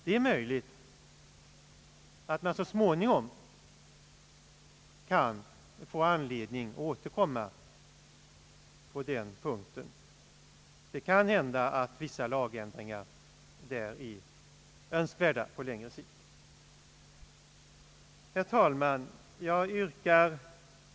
Det är möjligt att man så småningom kan få anledning att återkomma på den punkten. Det är möjligt att vissa lagändringar här är önskvärda på längre sikt. Herr talman!